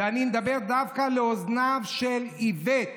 ואני מדבר דווקא לאוזניו של איווט.